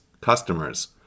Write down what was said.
customers